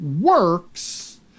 works